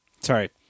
sorry